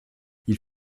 ils